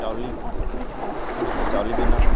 ᱪᱟᱣᱞᱮ ᱥᱩᱜ ᱦᱩᱲᱩ ᱠᱷᱚᱡ ᱪᱟᱮᱞᱮ ᱵᱮᱱᱟᱣ